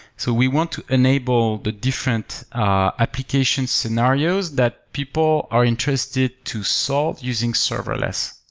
so we want to enable the different ah application scenarios that people are interested to solve using serverless.